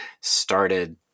started